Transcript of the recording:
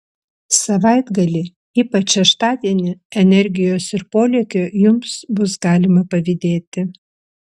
savaitgalį ypač šeštadienį energijos ir polėkio jums bus galima pavydėti